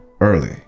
early